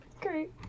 Great